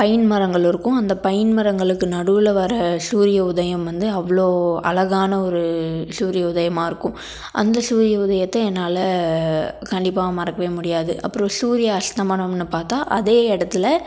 பையின் மரங்கள் இருக்கும் அந்த பையின் மரங்களுக்கு நடுவில் வர சூரிய உதயம் வந்து அவ்வளோ அழகான ஒரு சூரிய உதயமாயிருக்கும் அந்த சூரிய உதயத்தை என்னால் கண்டிப்பாக மறக்கவே முடியாது அப்புறம் சூரிய அஸ்தமனம்ன்னு பார்த்தா அதே இடத்துல